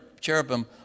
cherubim